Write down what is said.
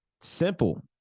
simple